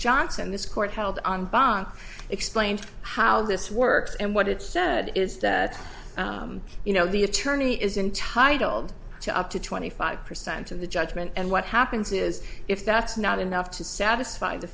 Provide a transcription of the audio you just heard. johnson this court held on by not explained how this works and what it said is that you know the attorney is entitled to up to twenty five percent of the judgment and what happens is if that's not enough to satisfy the